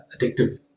addictive